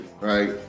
right